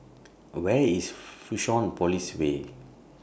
Where IS Fusionopolis Way